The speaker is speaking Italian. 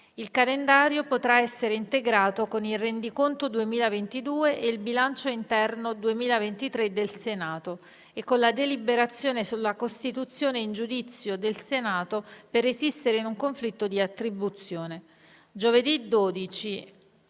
Il calendario potrà essere integrato con il rendiconto 2022 e il bilancio interno 2023 del Senato e con la deliberazione sulla costituzione in giudizio del Senato per resistere in un conflitto di attribuzione. Giovedì 12